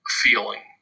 feeling